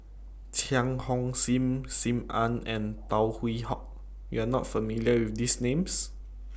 Cheang Hong SIM SIM Ann and Tan Hwee Hock YOU Are not familiar with These Names